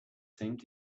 seemed